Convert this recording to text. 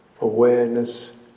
awareness